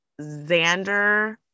Xander